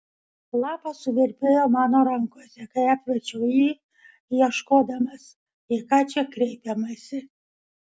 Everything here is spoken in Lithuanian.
lapas suvirpėjo mano rankose kai apverčiau jį ieškodamas į ką čia kreipiamasi